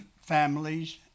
families